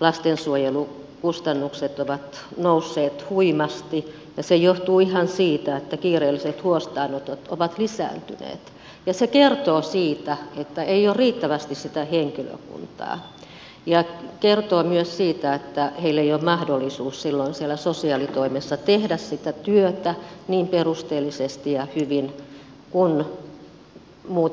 lastensuojelun kustannukset ovat nousseet huimasti ja se johtuu ihan siitä että kiireelliset huostaanotot ovat lisääntyneet ja se kertoo siitä että ei ole riittävästi sitä henkilökuntaa ja se kertoo myös siitä että heillä ei ole mahdollisuutta silloin siellä sosiaalitoimessa tehdä sitä työtä niin perusteellisesti ja hyvin kuin he muuten pystyisivät